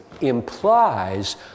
implies